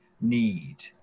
need